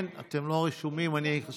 כן, אתם לא רשומים, אני ארשום.